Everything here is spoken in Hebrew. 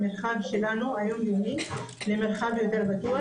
המרחב שלנו למרחב יותר בטוח,